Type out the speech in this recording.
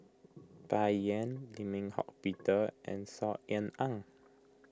Bai Yan Lim Eng Hock Peter and Saw Ean Ang